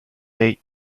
date